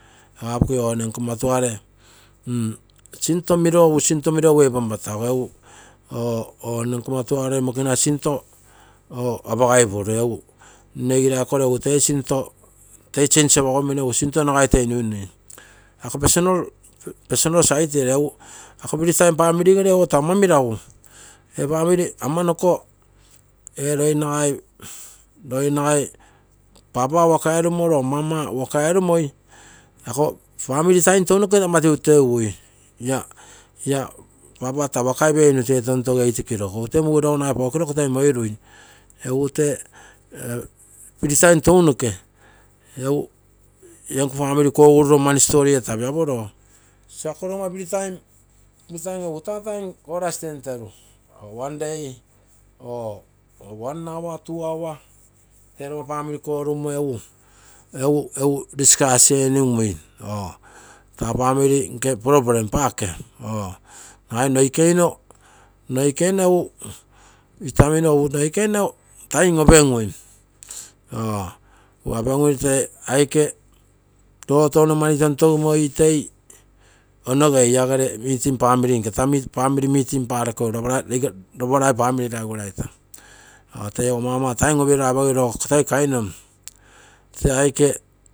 Apo kui o nne nkomma tuare sinto miro egu sinto punpatago or nne nkomma tuare mokinasi sinto apagaipuro, nne igirai koro toi sinto change eromino egu sinto toi nuinui. Ako personal side ere egu free time papirogego taa ama meragu ee family amanoko nasai papa maka erumoru nasai mama waka erumara iko family time tounoke ama teuteugui la papa taa wakai peinu tee tontoge eight o. clock egu tee muregu nasai four o. clock toi moimoirui. Egu tee free time tounoke la nko family kogururo story etapio, so ako roga free time, egu tee time korasi tenferu. one day or one hour two hour tee rosommoa family korummo egu discuss eningui taa family nke problem paake nasai itamino egu noikeino time opensui apesui tee aike lasere family roo tono mani tontosimoi toi onogei family meeting parokesui, iopa rai family raisoraito, teioso mama time opiro apesui roo toi kainomo tee aike